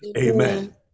Amen